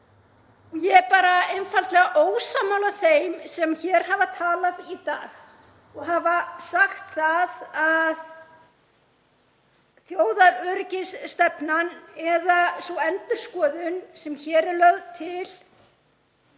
Ég er einfaldlega ósammála þeim sem hér hafa talað í dag og sagt að þjóðaröryggisstefnan, eða sú endurskoðun sem hér er lögð til,